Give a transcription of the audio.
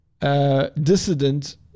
dissident